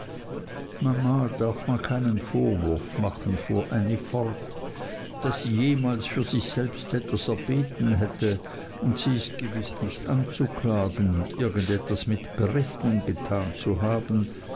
mama darf man keinen vorwurf machen fuhr ännie fort daß sie jemals für sich selbst etwas erbeten hätte und sie ist gewiß nicht anzuklagen irgend etwas mit berechnung getan zu haben